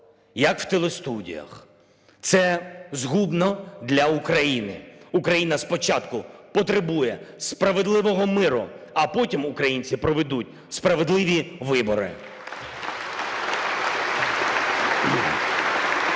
як в телестудіях. Це згубно для України. Україна спочатку потребує справедливого миру, а потім українці проведуть справедливі вибори. (Оплески)